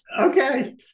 Okay